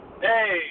Hey